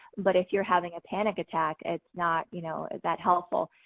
but if you're having a panic attack, it's not, you know, that helpful.